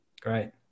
Great